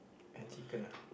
and chicken